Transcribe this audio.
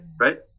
right